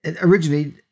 originally